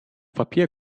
papier